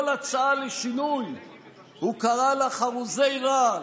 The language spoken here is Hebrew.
כל הצעה לשינוי הוא קרא לה "חרוזי רעל".